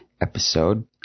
episode